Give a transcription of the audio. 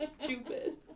stupid